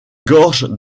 gorges